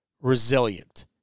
Resilient